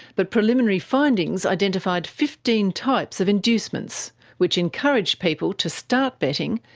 but preliminary findings identified fifteen types of inducements which encouraged people to start betting,